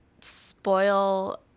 spoil